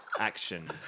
Action